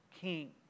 king